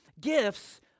Gifts